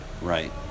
right